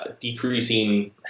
decreasing